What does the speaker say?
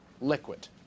liquid